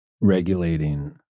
regulating